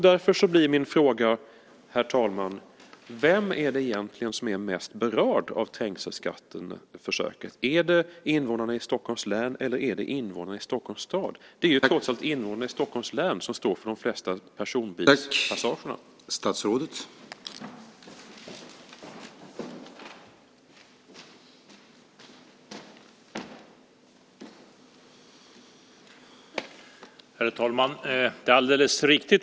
Därför är min fråga: Vem är det egentligen som är mest berörd av trängselskatteförsöket? Är det invånarna i Stockholms län, eller är det invånarna i Stockholms stad? De flesta fordon som passerar trängselstationerna tillhör trots allt invånare i Stockholms län.